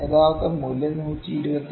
യഥാർത്ഥ മൂല്യം 127